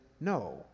no